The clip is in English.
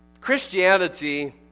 Christianity